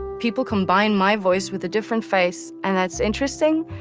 people combine my voice with a different face, and that's interesting,